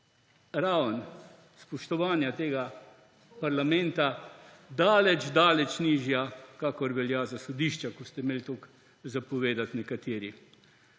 raven spoštovanja tega parlamenta daleč daleč nižja, kakor velja za sodišča, ko ste imeli toliko za povedati nekateri.